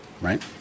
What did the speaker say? right